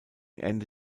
ende